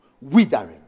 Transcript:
withering